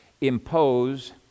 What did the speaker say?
impose